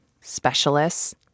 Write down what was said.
specialists